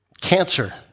Cancer